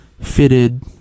fitted